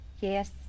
Yes